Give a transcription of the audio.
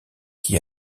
qui